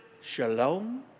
shalom